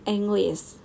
English